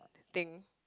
thing